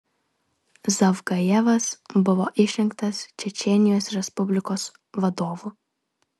zavgajevas buvo išrinktas čečėnijos respublikos vadovu